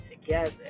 together